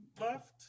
left